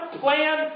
plan